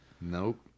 Nope